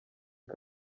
iyi